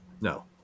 No